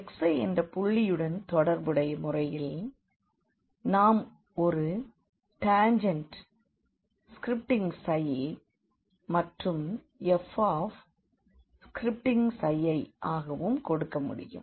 xi என்ற புள்ளியுடன் தொடர்புடைய முறையிலே நாம் ஒரு டாஞ்செண்ட்டை i மற்றும் f ஆகவும் கொடுக்க முடியும்